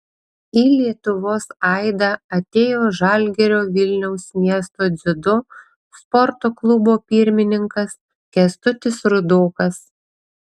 į lietuvos aidą atėjo žalgirio vilniaus miesto dziudo sporto klubo pirmininkas kęstutis rudokas